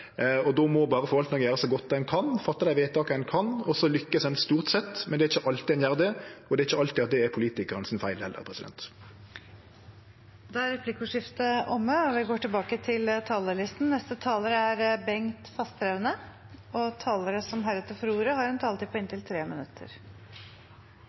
Då må berre forvaltninga gjere så godt ein kan, fatte dei vedtaka ein kan, og så lykkast ein stort sett. Men det er ikkje alltid ein gjer det, og det er ikkje alltid at det er politikarane sin feil heller. Replikkordskiftet er omme.